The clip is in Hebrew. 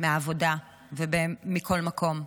מהעבודה ומכל מקום,